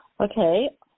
Okay